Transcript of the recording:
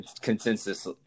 consensus